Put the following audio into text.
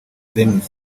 denis